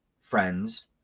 friends